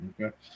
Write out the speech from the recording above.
Okay